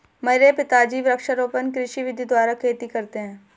मेरे पिताजी वृक्षारोपण कृषि विधि द्वारा खेती करते हैं